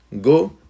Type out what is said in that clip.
go